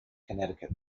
connecticut